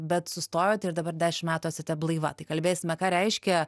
bet sustojot ir dabar dešim metų esate blaiva tai kalbėsime ką reiškia